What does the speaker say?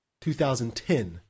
2010